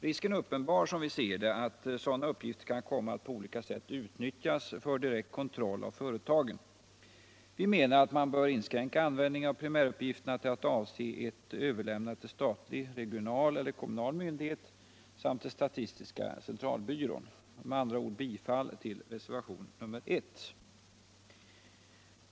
Risken är uppenbar, som vi ser det, att sådana uppgifter kan komma att på olika sätt utnyttjas för direkt kontroll av företagen. Vi menar att man bör inskränka användningen av primäruppgifterna till att avse ett överlämnande till statlig regional eller kommunal myndighet samt till statistiska centralbyrån. Med andra ord: bifall till reservation nr 1.